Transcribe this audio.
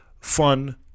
Fun